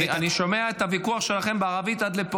עד פה אני שומע את הוויכוח שלכם בערבית.